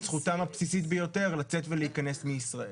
את זכותם הבסיסית ביותר לצאת ולהיכנס מישראל.